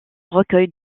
recueils